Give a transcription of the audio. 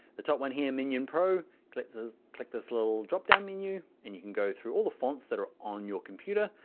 the top one here minion pro click this click this little drop down menu, and you can go through all the fonts that are on your computer,